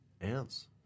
Ants